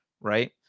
right